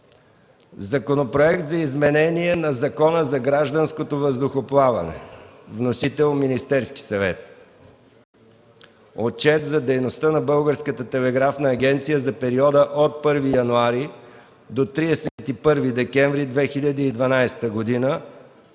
Законопроект за изменение на Закона за гражданското въздухоплаване. Вносител – Министерският съвет. Отчет за дейността на Българската телеграфна агенция за периода от 1 януари до 31 декември 2012 г.